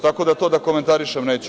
Tako da, to da komentarišem neću.